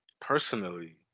Personally